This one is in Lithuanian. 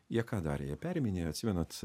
jie ką darė jie periminėjo atsimenat